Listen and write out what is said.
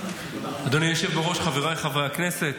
אדוני היושב בראש, חבריי חברי הכנסת,